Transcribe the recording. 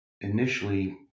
initially